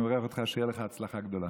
אני מברך אותך שתהיה לך הצלחה גדולה.